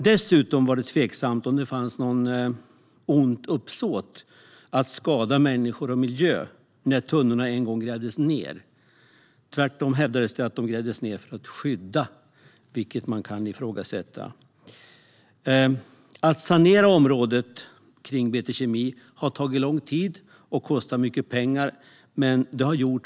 Dessutom var det tveksamt om det fanns något uppsåt att skada människor och miljö när tunnorna en gång grävdes ned. Tvärtom hävdades det att de grävdes ned för att skydda mot giftet, vilket man kan ifrågasätta. Att sanera området kring BT Kemi har tagit lång tid och kostat mycket pengar, men det har gjorts.